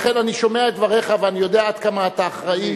לכן אני שומע את דבריך ואני יודע עד כמה אתה אחראי.